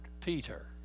Peter